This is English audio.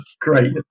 great